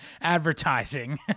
advertising